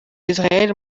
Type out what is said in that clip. israel